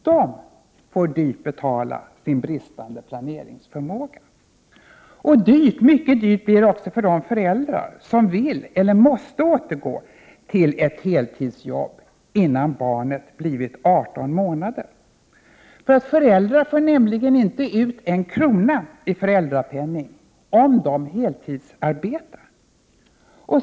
De får dyrt betala sin bristande planeringsförmåga. Det blir också dyrt, mycket dyrt, för de föräldrar som vill eller måste återgå till ett heltidsjobb innan barnet blir 18 månader. Föräldrarna får nämligen inte ut en krona i föräldrapenning om de heltidsarbetar.